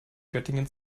göttingen